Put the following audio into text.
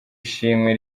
ishimwe